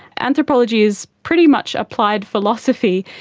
anthropology is pretty much applied philosophy,